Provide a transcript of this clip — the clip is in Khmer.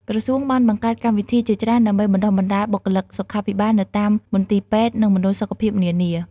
ក្រសួងបានបង្កើតកម្មវិធីជាច្រើនដើម្បីបណ្តុះបណ្តាលបុគ្គលិកសុខាភិបាលនៅតាមមន្ទីរពេទ្យ និងមណ្ឌលសុខភាពនានា។